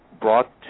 brought